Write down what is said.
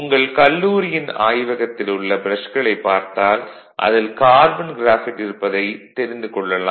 உங்கள் கல்லூரியின் ஆய்வகத்தில் உள்ள ப்ரஷ்களை பார்த்தால் அதில் கார்பன் க்ராஃபைட் இருப்பதை தெரிந்து கொள்ளலாம்